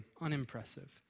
unimpressive